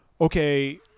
okay